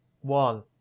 one